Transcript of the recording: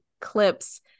clips